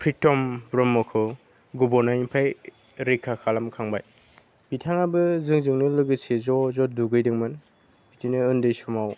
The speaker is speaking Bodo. प्रिटम ब्रह्मखौ गब'नायनिफ्राय रैखा खालामखांबाय बिथाङाबो जोंजोंनो लोगोसे ज' ज' दुगैदोंमोन बिदिनो उन्दै समाव